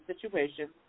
situations